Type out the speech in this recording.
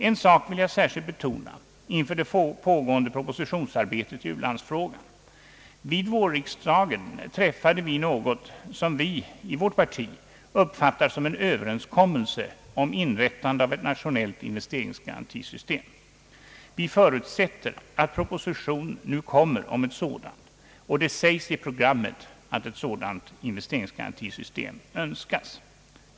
En sak vill jag särskilt betona inför det pågående propositionsarbetet i ulandsfrågan. Vid vårriksdagen träffade vi något som vi i vårt parti uppfattade som en överenskommelse om inrättande av ett nationellt investeringsgarantisystem. Vi förutsätter att proposition nu kommer om ett sådant system, och det sägs också i programmet att ett sådant önskas.